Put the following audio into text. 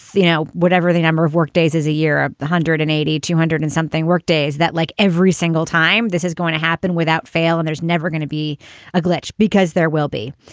you know whatever the number of workdays is a year, a one hundred and eighty, two hundred and something workdays that like every single time this is going to happen without fail and there's never gonna be a glitch because there will be.